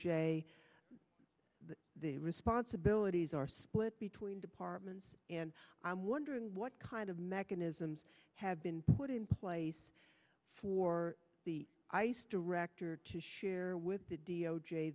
that the responsibilities are split between departments and i'm wondering what kind of mechanisms have been put in place for the director to share with the d o j